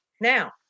Now